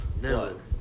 no